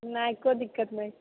नहि कोइ दिक्कत नहि